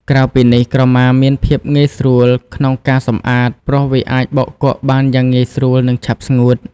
ក្រៅពីនេះ ក្រមាមាន ភាពងាយស្រួលក្នុងការសម្អាត ព្រោះវាអាចបោកគក់បានយ៉ាងងាយស្រួល និងឆាប់ស្ងួត។